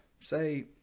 say